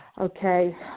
Okay